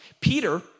Peter